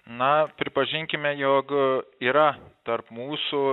na pripažinkime jog yra tarp mūsų